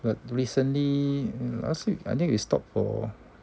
but recently last week I think they stop for